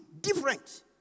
different